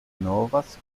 novas